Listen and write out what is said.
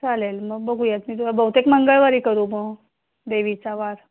चालेल मग बघूयात मी तुला बहुतेक मंगळवारी करू म देवीचा वार